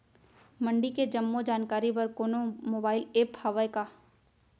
मंडी के जम्मो जानकारी बर कोनो मोबाइल ऐप्प हवय का?